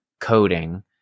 coding